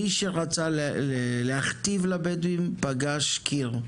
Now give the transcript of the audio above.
מי שרצה להכתיב לבדואים פגש קיר.